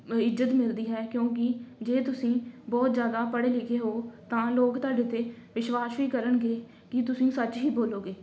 ਇੱਜ਼ਤ ਮਿਲਦੀ ਹੈ ਕਿਉਂਕਿ ਜੇ ਤੁਸੀਂ ਬਹੁਤ ਜ਼ਿਆਦਾ ਪੜ੍ਹੇ ਲਿਖੇ ਹੋ ਤਾਂ ਲੋਕ ਤੁਹਾਡੇ 'ਤੇ ਵਿਸ਼ਵਾਸ ਵੀ ਕਰਨਗੇ ਕਿ ਤੁਸੀਂ ਸੱਚ ਹੀ ਬੋਲੋਂਗੇ